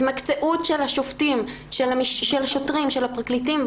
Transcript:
כל האלימות במשפחה ורצח נשים זה לא דבר חדש, נכון?